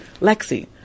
Lexi